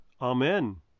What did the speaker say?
Amen